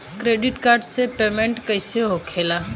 Credit card से payment कईसे होखेला?